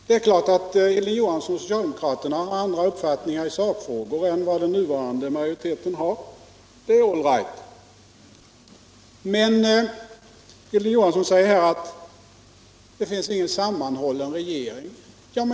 Det är klart att Hilding Johansson och socialdemokraterna har andra uppfattningar i sakfrågor än vad den nuvarande riksdagsmajoriteten har —- det är all right. Men Hilding Johansson säger att det inte finns en sammanhållen regering.